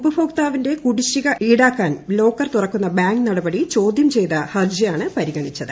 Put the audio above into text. ഉപഭോക്ട്രാറ്റിന്റെ കുടിശ്ശിക ഈടാക്കാൻ ലോക്കർ തുറന്ന ബാങ്ക് ന്ട്പടി ചോദ്യം ചെയ്ത ഹർജിയാണ് പരിഗണിച്ചത്